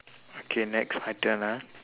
okay next my turn ah